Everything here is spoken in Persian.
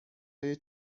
های